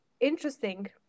interesting